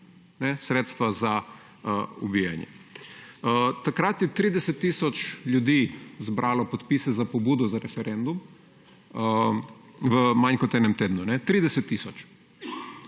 sredstva za ubijanje. Takrat je 30 tisoč ljudi zbralo podpise za pobudo za referendum v manj kot enem tednu. 30 tisoč.